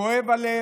כואב הלב,